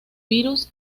virus